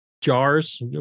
jars